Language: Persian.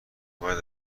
باید